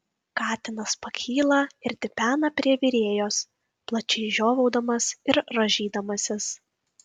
katinas pakyla ir tipena prie virėjos plačiai žiovaudamas ir rąžydamasis